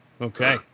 Okay